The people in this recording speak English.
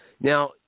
Now